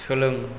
सोलों